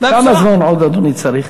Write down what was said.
כמה זמן עוד, אדוני, אתה צריך?